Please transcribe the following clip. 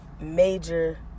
major